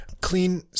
Clean